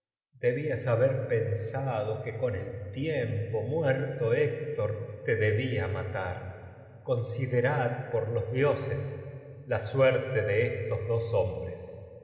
hizo exhalar el que con pensado el tiempo muerto héc tor te debía matar considerad por los dioses la suerte de estos dos hombres